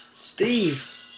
Steve